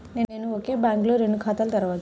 నేను ఒకే బ్యాంకులో రెండు ఖాతాలు తెరవవచ్చా?